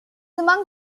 among